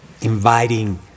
inviting